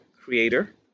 creator